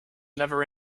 never